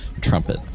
trumpet